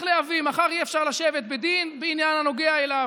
להביא מחר אי-אפשר לשבת בדין בעניין הנוגע אליו.